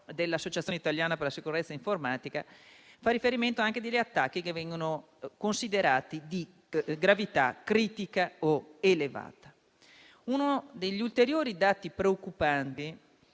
dell'Associazione italiana per la sicurezza informatica. Qui si parla anche di attacchi che vengono considerati di gravità critica o elevata. Tra gli ulteriori dati preoccupanti